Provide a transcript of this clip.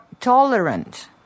tolerant